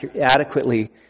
adequately